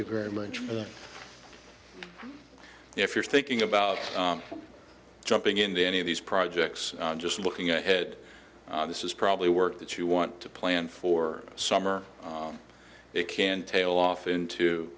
you very much for that if you're thinking about jumping into any of these projects just looking ahead this is probably work that you want to plan for summer it can tail off into